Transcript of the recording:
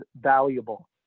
valuable